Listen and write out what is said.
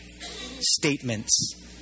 statements